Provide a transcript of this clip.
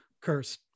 Curse